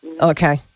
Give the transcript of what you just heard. okay